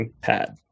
pad